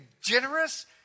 generous